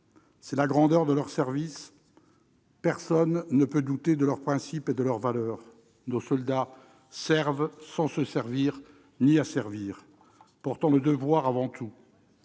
est la grandeur de leur service. Personne ne peut douter de leurs principes et de leurs valeurs. Nos soldats « serv[ent], sans se servir ni s'asservir », portant le devoir avant tout.